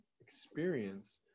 experience